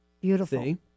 Beautiful